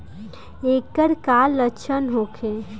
ऐकर का लक्षण होखे?